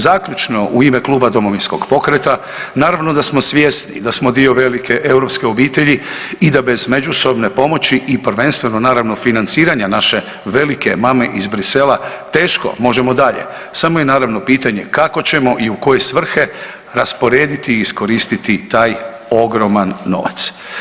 Zaključno u ime kluba Domovinskog pokreta, naravno da smo svjesni da smo dio velike europske obitelji i da bez međusobne pomoći i prvenstveno naravno financiranja naše velike mame iz Bruxellesa teško možemo dalje, samo je naravno pitanje kako ćemo i u koje svrhe rasporediti i iskoristiti taj ogroman novac.